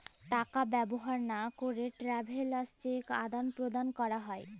টাকা ব্যবহার লা ক্যেরে ট্রাভেলার্স চেক আদাল প্রদালে ব্যবহার ক্যেরে হ্যয়